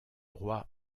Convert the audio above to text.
roi